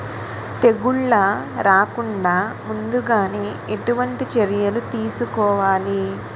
తెగుళ్ల రాకుండ ముందుగానే ఎటువంటి చర్యలు తీసుకోవాలి?